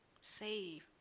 save